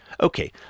Okay